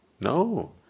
No